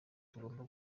tugomba